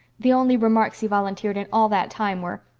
the only remarks he volunteered in all that time were,